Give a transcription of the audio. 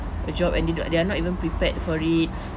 a job and the they are not even prepared for it